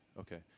okay